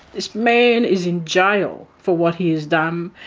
this man is in jail for what he has done,